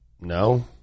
No